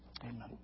Amen